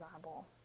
Bible